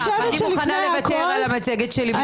אני מוכנה לוותר על המצגת שלי בשביל לשמוע.